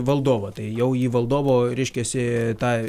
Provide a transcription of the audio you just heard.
valdovą tai jau į valdovo reiškiasi tą